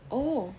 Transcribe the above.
oh